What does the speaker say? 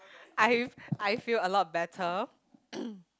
I I feel a lot better